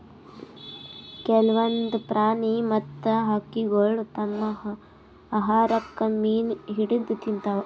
ಕೆಲ್ವನ್ದ್ ಪ್ರಾಣಿ ಮತ್ತ್ ಹಕ್ಕಿಗೊಳ್ ತಮ್ಮ್ ಆಹಾರಕ್ಕ್ ಮೀನ್ ಹಿಡದ್ದ್ ತಿಂತಾವ್